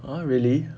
!huh! really